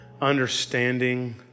understanding